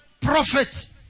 prophet